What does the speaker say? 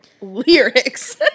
lyrics